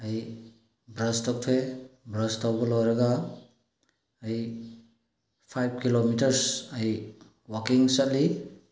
ꯑꯩ ꯕ꯭ꯔꯁ ꯇꯧꯊꯣꯛꯑꯦ ꯕ꯭ꯔꯁ ꯇꯧꯕ ꯂꯣꯏꯔꯒ ꯑꯩ ꯐꯥꯏꯚ ꯀꯤꯂꯣꯃꯤꯇꯔꯁ ꯑꯩ ꯋꯥꯛꯀꯤꯡ ꯆꯠꯂꯤ